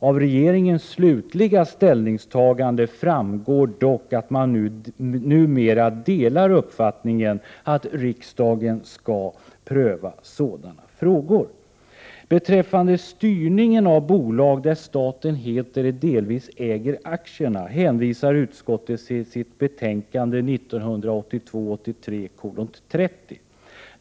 Av regeringens slutliga ställningstagande framgår dock att man numera delar uppfattningen att riksdagen skall pröva sådana frågor. Beträffande styrningen av bolag där staten helt eller delvis äger aktierna hänvisar utskottet till sitt betänkande 1982/83:30.